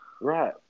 Right